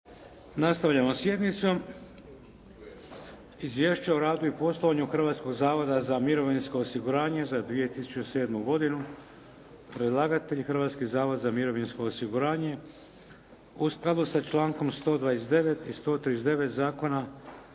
sa trećom točkom: - Izvješće o radu i poslovanju Hrvatskog zavoda za mirovinsko osiguranje za 2007. Podnositelj: Hrvatski zavod za mirovinsko osiguranje U skladu sa člankom 129., 139. Zakona